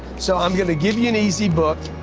so i'm gonna give you an easy book.